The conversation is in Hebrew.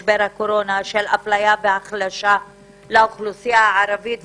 משבר הקורונה, של אפליה והחלשה לאוכלוסייה הערבית.